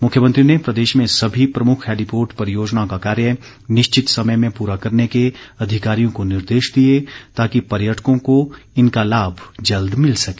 मुख्यमंत्री ने प्रदेश में सभी प्रमुख हैलीपोर्ट परियोजना का कार्य निश्चित समय में पूरा करने के अधिकारियों को निर्देश दिए ताकि पर्यटकों को इनका लाभ जल्द मिल सके